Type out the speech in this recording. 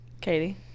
Katie